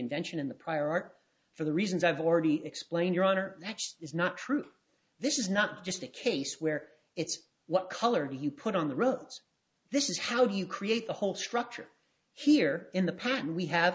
invention and the prior art for the reasons i've already explained your honor that is not true this is not just a case where it's what color you put on the roads this is how you create the whole structure here in the pattern we have